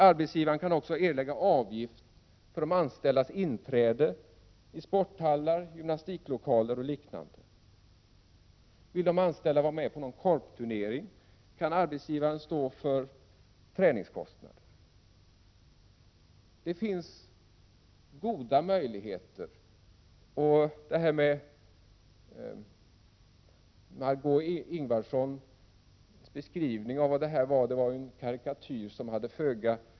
Arbetsgivaren kan också erlägga avgift för de anställdas inträde i sporthallar, gymnastiklokaler och liknande. Vill de anställda vara med på en korpturnering, kan arbetsgivaren stå för träningskostnader. Det finns goda möjligheter till detta.